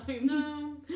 No